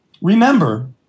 remember